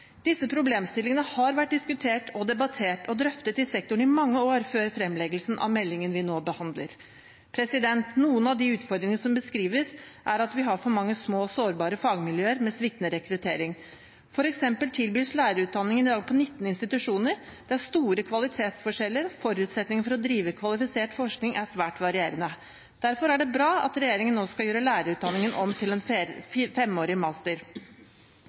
Disse problemstillingene har vært diskutert og debattert og drøftet i sektoren i mange år før fremleggelsen av meldingen vi nå behandler. Noen av de utfordringene som beskrives, er at vi har for mange små og sårbare fagmiljøer med sviktende rekruttering. For eksempel tilbys lærerutdanningen i dag på 19 institusjoner, det er store kvalitetsforskjeller, og forutsetningen for å drive kvalifisert forskning er svært varierende. Derfor er det bra at regjeringen nå skal gjøre lærerutdanningen om til en femårig master.